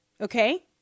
okay